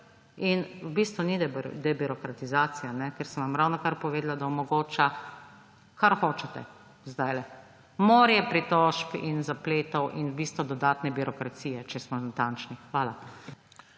in v bistvu ni debirokratizacija, ker sem vam ravnokar povedala, da zdajle omogoča, kar hočete, morje pritožb in zapletov in v bistvu dodatne birokracije, če smo natančni. Hvala.